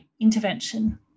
intervention